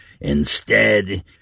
Instead